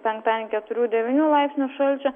penktadienį keturių devynių laipsnių šalčio